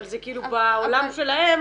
אבל זה בעולם שלהם